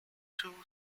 two